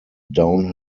down